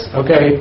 okay